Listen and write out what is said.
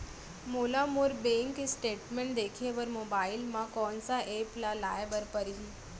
मोला मोर bank statement देखे बर मोबाइल मा कोन सा एप ला लाए बर परही?